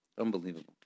Unbelievable